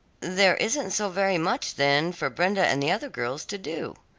there isn't so very much, then, for brenda and the other girls to do.